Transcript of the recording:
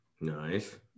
Nice